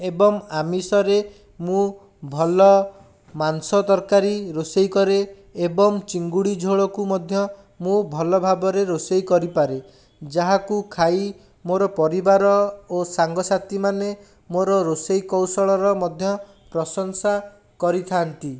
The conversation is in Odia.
ଏବଂ ଆମିଷରେ ମୁଁ ଭଲ ମାଂସ ତରକାରୀ ରୋଷେଇ କରେ ଏବଂ ଚିଙ୍ଗୁଡ଼ି ଝୋଳକୁ ମଧ୍ୟ ମୁଁ ଭଲ ଭାବରେ ରୋଷେଇ କରିପାରେ ଯାହାକୁ ଖାଇ ମୋର ପରିବାର ଓ ସାଙ୍ଗସାଥିମାନେ ମୋର ରୋଷେଇ କୌଶଳର ମଧ୍ୟ ପ୍ରଶଂସା କରିଥାନ୍ତି